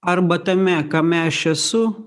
arba tame kame aš esu